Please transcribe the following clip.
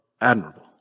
admirable